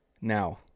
Now